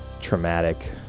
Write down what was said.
traumatic